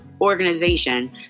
organization